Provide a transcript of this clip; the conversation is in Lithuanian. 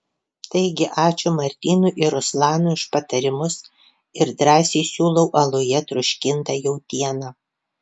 taigi ačiū martynui ir ruslanui už patarimus ir drąsiai siūlau aluje troškintą jautieną